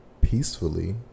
peacefully